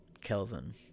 Kelvin